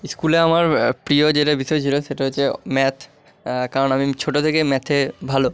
স্কুলে আমার প্রিয় যেটা বিষয় ছিলো সেটা হচ্ছে ম্যাথ কারণ আমি ছোটো থেকে ম্যাথে ভালো